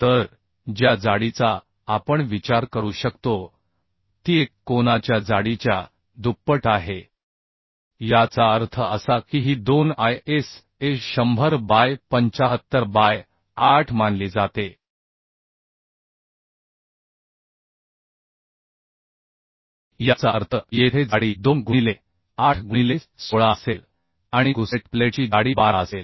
तर ज्या जाडीचा आपण विचार करू शकतो ती एक कोनाच्या जाडीच्या दुप्पट आहेयाचा अर्थ असा की ही 2 ISA100 बाय 75 बाय 8 मानली जाते याचा अर्थ येथे जाडी 2 गुणिले 8 गुणिले 16 असेल आणि गुसेट प्लेटची जाडी 12 असेल